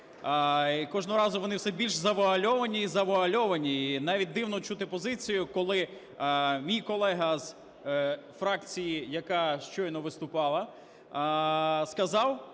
кожного разу вони все більш завуальовані і завуальовані. І навіть дивно чути позицію, коли мій колега з фракції, яка щойно виступала, сказав